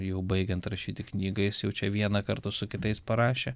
jau baigiant rašyti knygą jis jau čia vieną kartą su kitais parašė